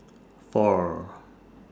four